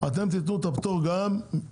אתם צריכים לתת את הפטור גם לייבוא